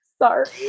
Sorry